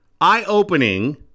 eye-opening